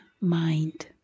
mind